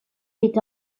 est